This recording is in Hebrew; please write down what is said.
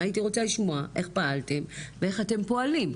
הייתי רוצה לשמוע איך פעלתם ואיך אתם פועלים?